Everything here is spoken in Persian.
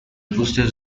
پوستت